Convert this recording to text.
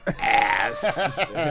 Ass